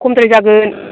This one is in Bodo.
खमद्राय जागोन